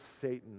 Satan